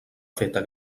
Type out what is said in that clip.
feta